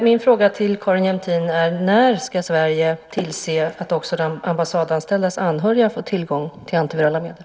Min fråga till Carin Jämtin är: När ska Sverige tillse att också de ambassadanställdas anhöriga får tillgång till antivirala medel?